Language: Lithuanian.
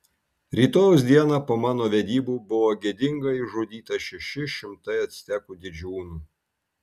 rytojaus dieną po mano vedybų buvo gėdingai išžudyta šeši šimtai actekų didžiūnų